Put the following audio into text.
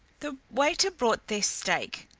the waiter brought their steak.